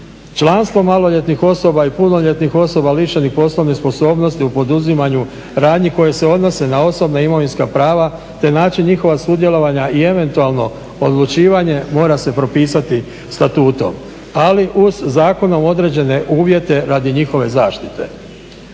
Članstvo maloljetnih osoba i punoljetnih osoba lišenih poslovnih sposobnosti u poduzimanju radnji koje se odnose na osobna imovinska prava te način njihova sudjelovanja i eventualno odlučivanje mora se propisati statutom. Ali uz zakonom određene uvjete radi njihove zaštite.